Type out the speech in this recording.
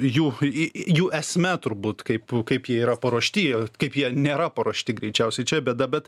jų į jų esme turbūt kaip kaip jie yra paruošti jie kaip jie nėra paruošti greičiausiai čia bėda bet